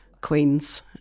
queens